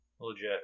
Legit